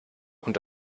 und